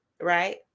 right